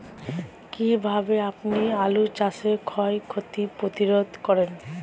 কীভাবে আপনি আলু চাষের ক্ষয় ক্ষতি প্রতিরোধ করেন?